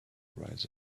write